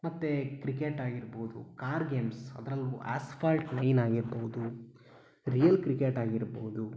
ಮತ್ತು ಕ್ರಿಕೆಟ್ ಆಗಿರ್ಬೋದು car games ಅದರಲ್ಲೂ ಆಸ್ಫಾಲ್ಟ್ ನೈನ್ ಆಗಿರ್ಬೋದು ರಿಯಲ್ ಕ್ರಿಕೆಟ್ ಆಗಿರ್ಬೋದು